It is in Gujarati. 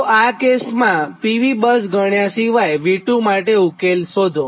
તો આ કેસમાં PV બસ ગણ્યા સિવાય V2 માટે ઉકેલ શોધો